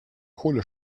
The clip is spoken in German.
kohle